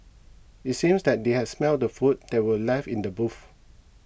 it seemed that they had smelt the food that were left in the boot